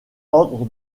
ordre